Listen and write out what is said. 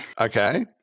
Okay